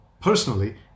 personally